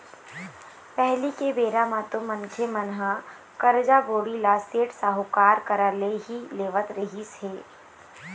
पहिली के बेरा म तो मनखे मन ह करजा, बोड़ी ल सेठ, साहूकार करा ले ही लेवत रिहिस हे